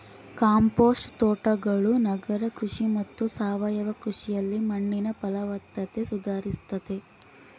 compost ತೋಟಗಳು ನಗರ ಕೃಷಿ ಮತ್ತು ಸಾವಯವ ಕೃಷಿಯಲ್ಲಿ ಮಣ್ಣಿನ ಫಲವತ್ತತೆ ಸುಧಾರಿಸ್ತತೆ